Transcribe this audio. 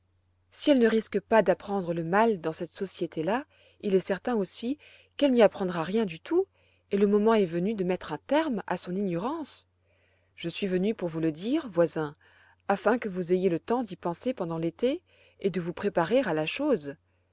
si elle ne risque pas d'apprendre le mal dans cette société là il est certain aussi qu'elle n'y apprendra rien du tout et le moment est venu de mettre un terme à son ignorance je suis venu pour vous le dire voisin afin que vous ayez le temps d'y penser pendant l'été et de vous préparer à la chose